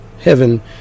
heaven